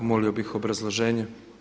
Molio bih obrazloženje.